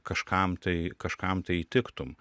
kažkam tai kažkam tai įtiktum